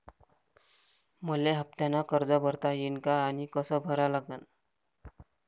मले हफ्त्यानं कर्ज भरता येईन का आनी कस भरा लागन?